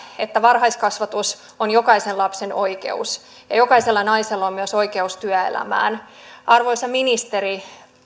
että varhaiskasvatus on jokaisen lapsen oikeus ja jokaisella naisella on myös oikeus työelämään arvoisa ministeri